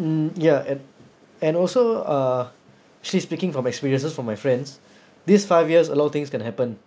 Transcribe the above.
mm ya and and also uh actually speaking from experiences from my friends these five years a lot of things can happen